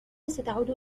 ستعود